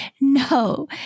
No